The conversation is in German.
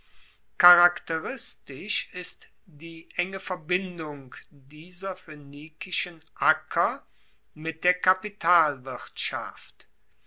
charakteristisch ist die enge verbindung dieser phoenikischen acker mit der